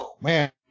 Man